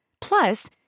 Plus